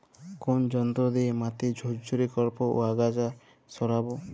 কোন যন্ত্র দিয়ে মাটি ঝুরঝুরে করব ও আগাছা সরাবো?